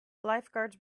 lifeguards